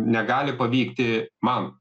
negali pavykti man